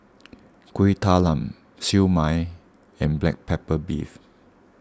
Kueh Talam Siew Mai and Black Pepper Beef